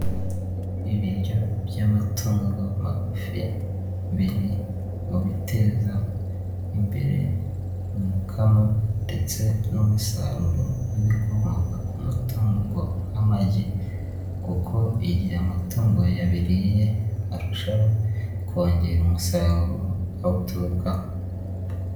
Ibiryo by'amatungo magufi biri mu biteza imbere umukamo ndetse n'umusaruro w'ibikomoka ku matungo nk'amagi, kuko igihe amatungo yabiriye arushaho kongera umusaruro awuturukaho.